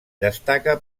destaca